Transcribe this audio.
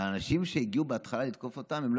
האנשים שהגיעו בהתחלה לתקוף אותם לא